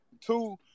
Two